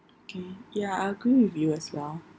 okay ya I agree with you as well